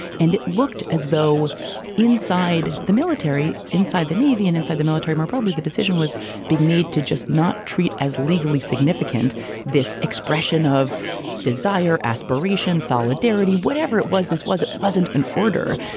and it looked as though inside the military, inside the navy and inside the military, more probably the decision was being made to just not treat as legally significant this expression of desire, aspiration, solidarity, whatever it was. this was it wasn't an order.